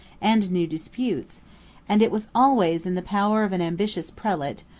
and new disputes and it was always in the power of an ambitious prelate,